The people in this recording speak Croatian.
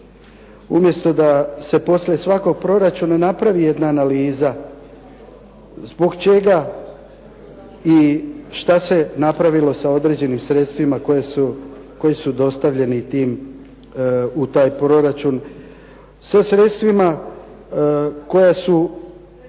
Umjesto da se poslije svakog proračuna napravi jedna analiza zbog čega i šta se napravilo sa određenim sredstvima koji su dostavljeni tim, u taj proračun sa sredstvima koja su